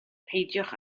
peidiwch